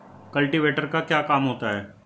Cultivator का क्या काम होता है?